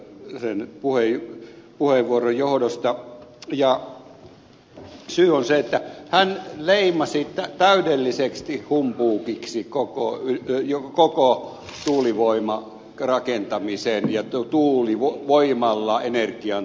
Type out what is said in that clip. pertti virtasen puheenvuoron johdosta ja syy on se että hän leimasi täydellisesti humpuukiksi koko tuulivoimarakentamisen ja tuulivoimalla energian tuottamisen